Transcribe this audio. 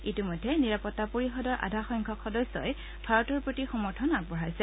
ইতিমেধ্য নিৰাপত্তা পৰিষদৰ আধাসংখ্যক সদস্যই ভাৰতৰ প্ৰতি সমৰ্থন আগবঢ়াইছে